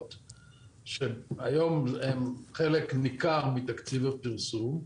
שהיום הם חלק ניכר מתקציב הפרסום,